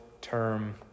term